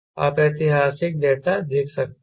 आप ऐतिहासिक डेटा देख सकते हैं